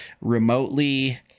remotely